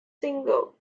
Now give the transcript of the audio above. single